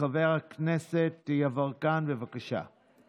חבר הכנסת יברקן, בבקשה.